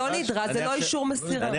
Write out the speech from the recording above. לא נדרש, זה לא אישור מסירה.